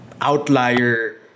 outlier